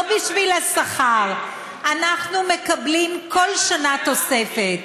לא בשביל השכר, אנחנו מקבלים כל שנה תוספת.